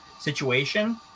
situation